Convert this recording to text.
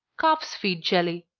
calf's feet jelly.